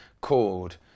called